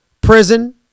prison